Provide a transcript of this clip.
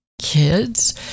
kids